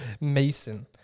Mason